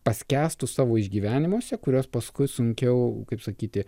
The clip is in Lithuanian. paskęstu savo išgyvenimuose kuriuos paskui sunkiau kaip sakyti